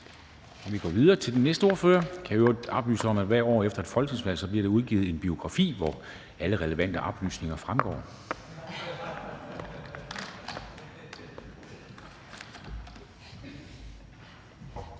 ikke flere korte bemærkninger. Jeg kan i øvrigt oplyse, at hvert år efter et folketingsvalg bliver der udgivet en biografi, hvori alle relevante oplysninger fremgår.